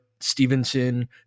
stevenson